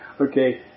Okay